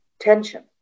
Tension